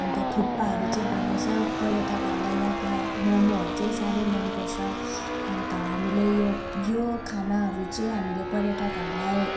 अन्त थुक्पाहरू चाहिँ बनाउँछ पर्यटकहरूलाई यहाँको मोमोहरू चाहिँ साह्रै मन पर्छ अन्त हामीले यो यो खानाहरू चाहिँ हामीले पर्यटकहरूलाई